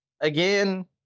Again